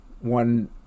one